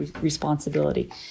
responsibility